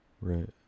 Right